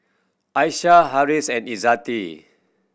Aisyah Harris and Izzati